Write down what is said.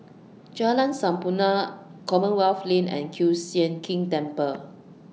Jalan Sampurna Commonwealth Lane and Kiew Sian King Temple